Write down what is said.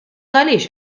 għaliex